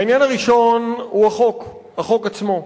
העניין הראשון הוא החוק, החוק עצמו.